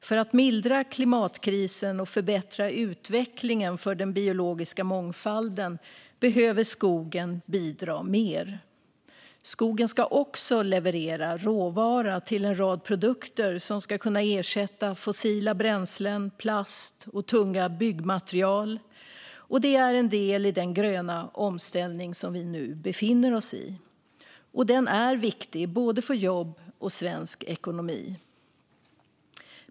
För att mildra klimatkrisen och förbättra utvecklingen när det gäller den biologiska mångfalden behöver skogen bidra mer. Skogen ska också leverera råvara till en rad produkter som ska kunna ersätta fossila bränslen, plast och tunga byggmaterial. Detta är en del i den gröna omställning vi nu befinner oss i, och den är viktig för både jobb och svensk ekonomi.